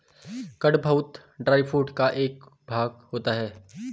कड़पहनुत dry food का एक भाग होता है